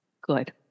Good